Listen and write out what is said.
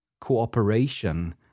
cooperation